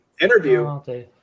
interview